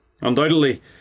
undoubtedly